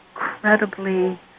incredibly